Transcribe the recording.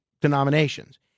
denominations